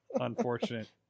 unfortunate